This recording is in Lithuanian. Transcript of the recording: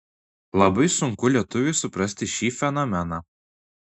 labai sunku lietuviui suprasti šį fenomeną